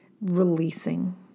releasing